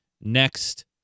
next